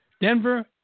Denver